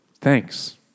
Thanks